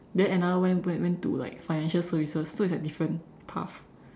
then another went went went into like financial services so it's like different path